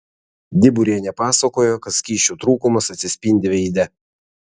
diburienė pasakojo kad skysčių trūkumas atsispindi veide